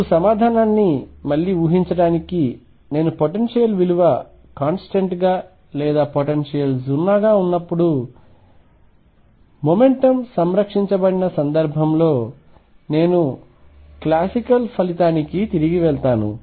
ఇప్పుడు సమాధానాన్ని మళ్లీ ఊహించడానికి నేను పొటెన్షియల్ విలువ కాంస్టెంట్ గా లేదా పొటెన్షియల్ 0 గా ఉన్నప్పుడు మొమెంటమ్ సంరక్షించబడిన సందర్భంలో నేను క్లాసికల్ ఫలితానికి తిరిగి వెళ్తాను